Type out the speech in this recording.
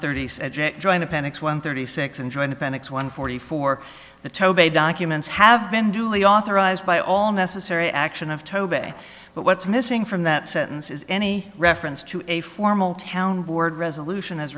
thirty joined appendix one thirty six and joined appendix one forty four the toby documents have been duly authorized by all necessary action of tobit but what's missing from that sentence is any reference to a formal town board resolution as